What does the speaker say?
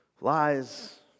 Lies